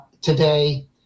today